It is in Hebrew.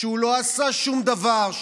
שהוא לא עשה שום דבר,